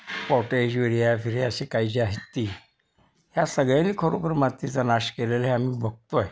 cottage विरीया फिरीया अशी काही जी आहेत ती ह्या सगळ्यांनी खरोखर मातीचा नाश केलेले आम्ही बघतो आहे